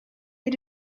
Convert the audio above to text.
ate